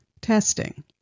Testing